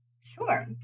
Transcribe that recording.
Sure